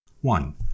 One